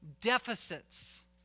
deficits